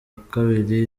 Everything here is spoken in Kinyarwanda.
kabiri